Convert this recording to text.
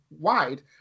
wide